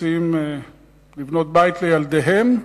רוצים לבנות בית לילדיהם,